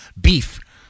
beef